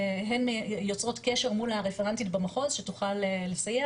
הן יוצרות קשר מול הרפרנטית במחוז שתוכל לסייע